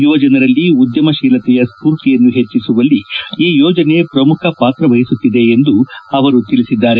ಯುವಜನರಲ್ಲಿ ಉದ್ದಮಶೀಲತೆಯ ಸ್ವೂರ್ತಿಯನ್ನು ಹೆಚ್ಲಿಸುವಲ್ಲಿ ಈ ಯೋಜನೆ ಶ್ರಮುಖ ಪಾತ್ರ ವಹಿಸುತ್ತಿದೆ ಎಂದು ಅವರು ತಿಳಿಸಿದ್ದಾರೆ